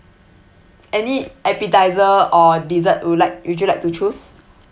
any appetiser or dessert would like would you like to choose